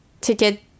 ticket